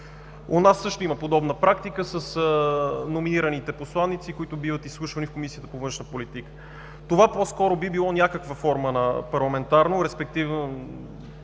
У нас също има подобна практика с номинираните посланици, които биват изслушвани в Комисията по външна политика. Това по-скоро би било някаква форма на парламентарен, респективно